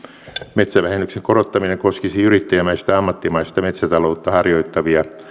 metsävähennyksen korottaminen koskisi yrittäjämäistä ammattimaista metsätaloutta harjoittavia